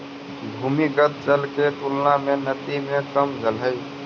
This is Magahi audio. भूमिगत जल के तुलना में नदी में कम जल हई